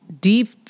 deep